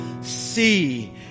see